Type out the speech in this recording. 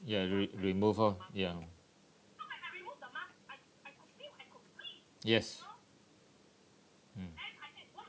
ya re~ remove lor ya yes mm